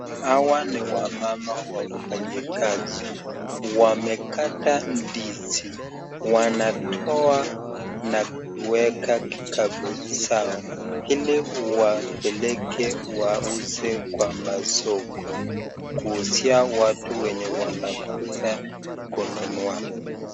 Hawa ni wamama wafanyikazi ,wamekata ndizi ,wanatoa na kuweka kikapu zao ili wapeleke wauze kwa masoko kuuzia watu wenye wanakuja kununua.